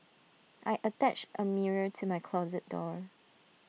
I attached A mirror to my closet door